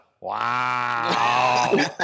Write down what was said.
wow